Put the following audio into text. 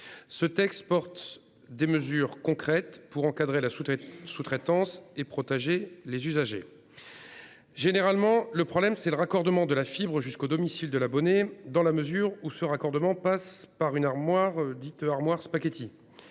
Ce texte prévoit des mesures concrètes pour encadrer la sous-traitance et protéger les usagers. Généralement, le problème, c'est le raccordement de la fibre jusqu'au domicile de l'abonné, dans la mesure où ce raccordement s'effectue dans une armoire dite spaghettis.